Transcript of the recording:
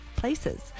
Places